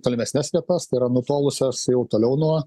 tolimesnes vietas tai yra nutolusios jau toliau nuo